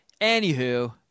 Anywho